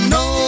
no